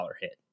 hit